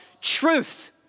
truth